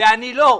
ואני לא.